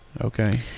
okay